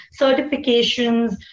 certifications